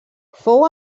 fou